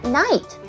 night